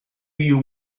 you